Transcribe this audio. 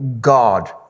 God